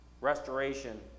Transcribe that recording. Restoration